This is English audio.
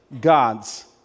God's